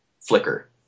flicker